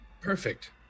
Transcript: Perfect